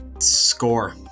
Score